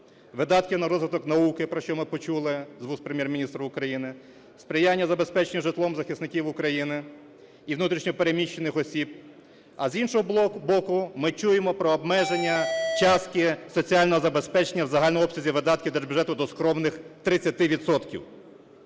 видатків на розвиток науки, про що ми почули з вуст Прем'єр-міністра України, сприяння забезпеченню житлом захисників України і внутрішньо переміщених осіб, а з іншого боку ми чуємо про обмеження частки соціального забезпечення в загальному обсязі видатків держбюджету до скромних 30